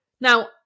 Now